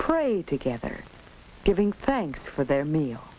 pray together giving thanks for their meal